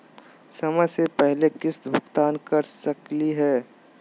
समय स पहले किस्त भुगतान कर सकली हे?